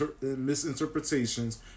misinterpretations